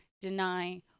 deny